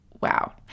wow